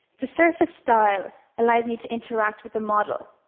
the surface style allows me to interact with the model.